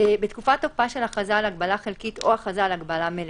בתקופת תוקפה של הכרזה על הגבלה חלקית או הכרזה על הגבלה מלאה,